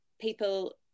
people